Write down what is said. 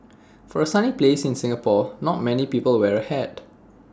for A sunny place in Singapore not many people wear A hat